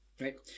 right